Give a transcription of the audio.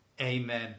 Amen